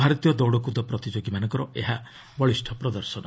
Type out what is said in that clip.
ଭାରତୀୟ ଦୌଡ଼କୁଦ ପ୍ରତିଯୋଗୀମାନଙ୍କର ଏହା ବଳିଷ୍ଠ ପ୍ରଦର୍ଶନ